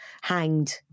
hanged